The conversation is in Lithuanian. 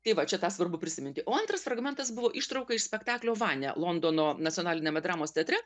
tai va čia tą svarbu prisiminti o antras fragmentas buvo ištrauka iš spektaklio vania londono nacionaliniame dramos teatre